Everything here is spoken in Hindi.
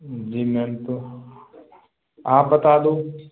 जी मैम तो आप बता दो